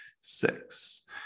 six